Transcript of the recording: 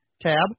Tab